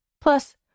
Plus